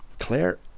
Claire